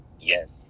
yes